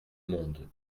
monde